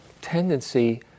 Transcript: tendency